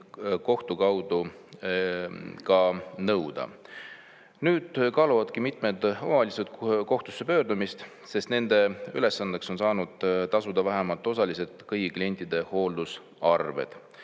kohtu kaudu nõuda. Nüüd kaaluvadki mitmed omavalitsused kohtusse pöördumist, sest nende ülesandeks on saanud tasuda vähemalt osaliselt kõigi klientide hooldusarved,